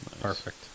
Perfect